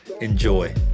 Enjoy